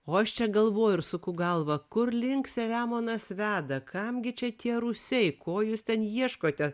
o aš čia galvoju ir suku galvą kur link seliamonas veda kam gi čia tie rūsiai ko jūs ten ieškote